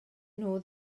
nhw